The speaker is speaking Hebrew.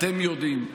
אתם יודעים,